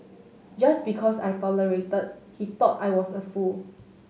just because I tolerated he thought I was a fool